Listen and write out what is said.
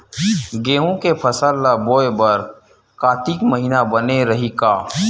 गेहूं के फसल ल बोय बर कातिक महिना बने रहि का?